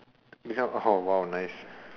you become oh !wow! nice